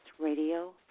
radio